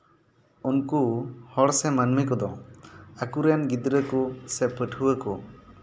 ᱩᱱᱠᱩ ᱦᱚᱲ ᱥᱮ ᱢᱟᱹᱱᱢᱤ ᱠᱚᱫᱚ ᱟᱠᱚᱨᱮᱱ ᱜᱤᱫᱽᱨᱟᱹ ᱠᱚ ᱥᱮ ᱯᱟᱹᱴᱷᱩᱣᱟᱹ ᱠᱚ